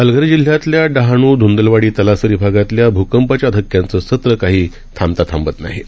पालघरजिल्ह्यातल्याडहाणू ध्दलवाडी तलासरीभागातल्याभूंकपाच्याधक्क्यांचंसत्रकाहीथांबताथांबतनाहीये